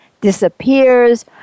disappears